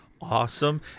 awesome